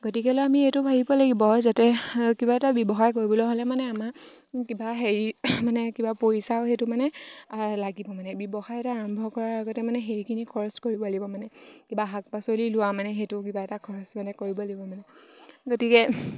গতিকেলৈ আমি এইটো ভাবিব লাগিব যাতে কিবা এটা ব্যৱসায় কৰিবলৈ হ'লে মানে আমাৰ কিবা হেৰি মানে কিবা পইচাও সেইটো মানে লাগিব মানে ব্যৱসায় এটা আৰম্ভ কৰাৰ আগতে মানে সেইখিনি খৰচ কৰিব লাগিব মানে কিবা শাক পাচলি লোৱা মানে সেইটো কিবা এটা খৰচ মানে কৰিব লাগিব মানে গতিকে